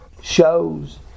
shows